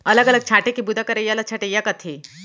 अलग अलग छांटे के बूता करइया ल छंटइया कथें